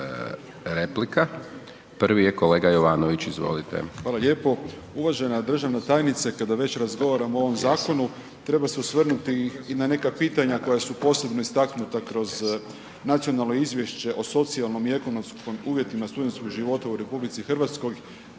Hvala lijepo. Uvažena državna tajnice, kada već razgovaramo o ovom zakonu treba se osvrnuti i na neka pitanja koja su posebno istaknuta kroz Nacionalno izvješće o socijalnom i ekonomskim uvjetima studentskog života u RH Eurostudent